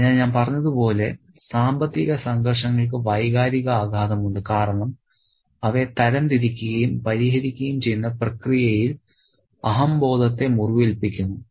അതിനാൽ ഞാൻ പറഞ്ഞതുപോലെ സാമ്പത്തിക സംഘർഷങ്ങൾക്ക് വൈകാരിക ആഘാതം ഉണ്ട് കാരണം അവയെ തരംതിരിക്കുകയും പരിഹരിക്കുകയും ചെയ്യുന്ന പ്രക്രിയയിൽ അഹംബോധത്തെ മുറിവേൽപ്പിക്കുന്നു